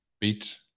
beat